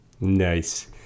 Nice